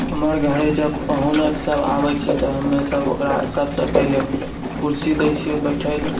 हमर घरे जब पाहुनके सब अबैछै तऽ हम्मे ओकरा सबसँ पहिले कुर्सी दए छिए बैठे लए